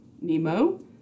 nemo